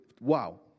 Wow